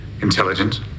Intelligence